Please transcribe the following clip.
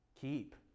keep